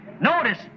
notice